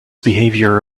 behavior